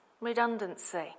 redundancy